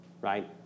right